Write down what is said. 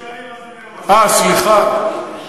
סליחה,